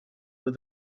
with